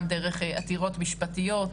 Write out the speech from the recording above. גם דרך עתירות משפטיות,